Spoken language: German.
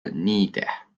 nieder